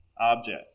object